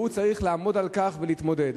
והוא צריך לעמוד על כך ולהתמודד.